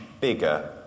bigger